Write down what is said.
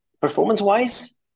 Performance-wise